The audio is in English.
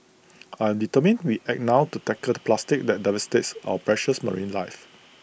I'm determined we act now to tackle the plastic that devastates our precious marine life